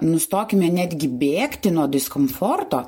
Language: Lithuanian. nustokime netgi bėgti nuo diskomforto